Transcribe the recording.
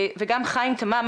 ואחר כך נעבור לחיים תמם.